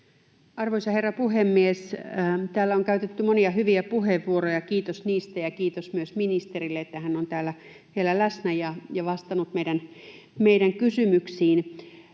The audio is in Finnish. Arvoisa herra puhemies! Täällä on käytetty monia hyviä puheenvuoroja, kiitos niistä, ja kiitos myös ministerille, että hän on täällä vielä läsnä ja on vastannut meidän kysymyksiimme.